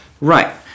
Right